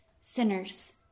sinners